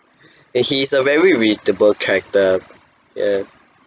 and he is a very relatable character ya